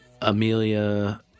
Amelia